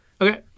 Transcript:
Okay